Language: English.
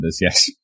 yes